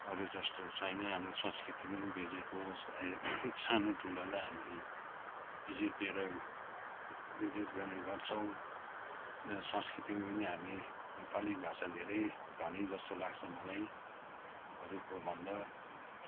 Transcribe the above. अरू जस्तो छैन हाम्रो संस्कृति पनि भिन्नै कोस सानो ठुलालाई हामीले इज्जत दिएर इज्जत गर्नेगर्छौँ संस्कृतिमा पनि हामी नेपाली भाषा धेरै धनी जस्तो लाग्छ मलाई अरूको भन्दा